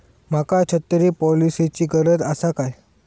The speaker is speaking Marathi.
माका छत्री पॉलिसिची गरज आसा काय?